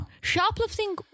Shoplifting